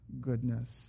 goodness